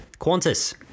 Qantas